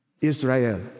Israel